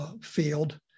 Field